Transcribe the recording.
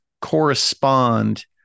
correspond